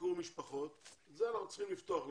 ביקור משפחות, זה אנחנו צריכים לפתוח להם.